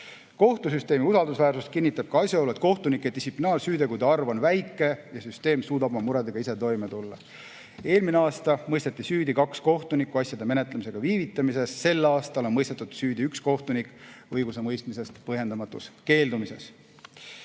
Kohtusüsteemi usaldusväärsust kinnitab ka asjaolu, et kohtunike distsiplinaarsüütegude arv on väike ja süsteem suudab oma muredega ise toime tulla. Eelmine aasta mõisteti süüdi kaks kohtunikku asjade menetlemisega viivitamise eest. Sel aastal on mõistetud süüdi üks kohtunik õigusemõistmisest põhjendamatus keeldumises.